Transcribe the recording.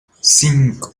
cinco